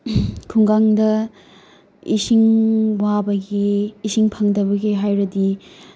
ꯈꯨꯡꯒꯪꯗ ꯏꯁꯤꯡ ꯋꯥꯕꯒꯤ ꯏꯁꯤꯡ ꯐꯪꯗꯕꯒꯤ ꯍꯥꯏꯔꯗꯤ